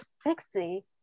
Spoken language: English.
sexy